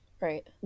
Right